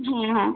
হ্যাঁ হ্যাঁ